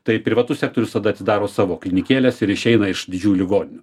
tai privatus sektorius tada atidaro savo klinikėles ir išeina iš didžiųjų ligoninių